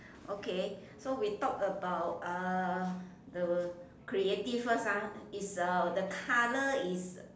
okay so we talk about uh the creative first ah is a the colour is